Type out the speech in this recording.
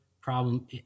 problem